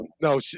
no